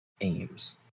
aims